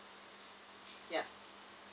yeah